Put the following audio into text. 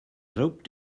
rope